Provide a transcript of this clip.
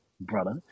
brother